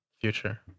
Future